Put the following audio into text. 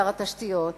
שר התשתיות,